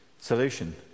solution